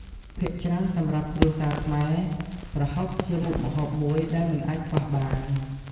ភាគច្រើនសម្រាប់គ្រួសារខ្មែរ ប្រហុកជាមុខម្ហូបមួយដែលមិនអាចខ្វះបាន។